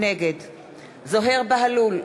נגד זוהיר בהלול,